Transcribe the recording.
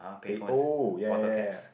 they old ya ya ya